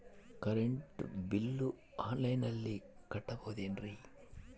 Current bill ಆನ್ಲೈನಿನಲ್ಲಿ ಕಟ್ಟಬಹುದು ಏನ್ರಿ?